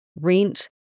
rent